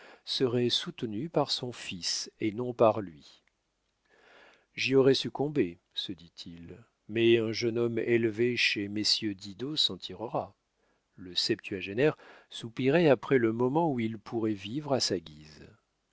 serait soutenue par son fils et non par lui j'y aurais succombé se dit-il mais un jeune homme élevé chez mm didot s'en tirera le septuagénaire soupirait après le moment où il pourrait vivre à sa guise